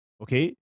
okay